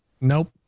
Nope